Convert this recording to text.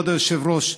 כבוד היושב-ראש,